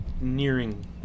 nearing